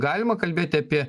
galima kalbėti apie